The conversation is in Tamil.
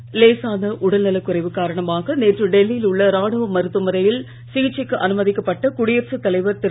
குடியரசு தலைவர் லேசான உடல்நலக்குறைவு காரணமாக நேற்று டெல்லியிலுள்ள ராணுவ மருத்துவமனையில் சிகிச்சைக்கு அனுமதிக்கப்பட்ட குடியரசு தலைவர் திரு